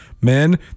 men